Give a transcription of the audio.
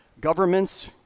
Governments